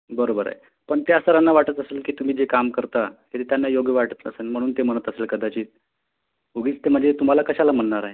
बरोबर आहे पण त्या सरांना वाटत असेल की तुम्ही जे काम करता तेथे त्यांना योग्य वाटत नसेल म्हणून ते म्हणत असेल कदाचित उगीच ते म्हणजे तुम्हाला कशाला म्हणणार आहे